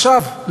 עכשיו,